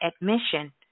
admission